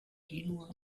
genua